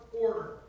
order